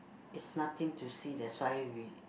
it's nothing to see that's why we